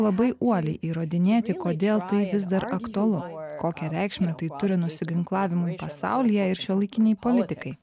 labai uoliai įrodinėti kodėl vis dar aktualu kokią reikšmę tai turi nusiginklavimui pasaulyje ir šiuolaikinei politikai